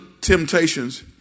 temptations